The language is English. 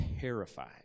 terrified